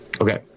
Okay